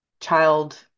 child